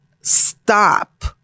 stop